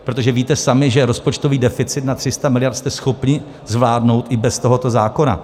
Protože víte sami, že rozpočtový deficit na 300 mld. jste schopni zvládnout i bez tohoto zákona.